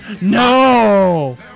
No